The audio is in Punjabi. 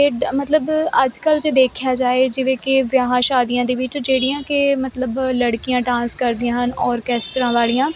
ਇਹ ਮਤਲਬ ਅੱਜ ਕੱਲ ਜੇ ਦੇਖਿਆ ਜਾਏ ਜਿਵੇਂ ਕਿ ਵਿਆਹਾਂ ਸ਼ਾਦੀਆਂ ਦੇ ਵਿੱਚ ਜਿਹੜੀਆਂ ਕਿ ਮਤਲਬ ਲੜਕੀਆਂ ਡਾਂਸ ਕਰਦੀਆਂ ਹਨ ਔਰ ਕੈਸਟਰਾ ਵਾਲੀਆਂ